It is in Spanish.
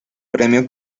premio